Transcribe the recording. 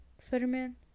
spider-man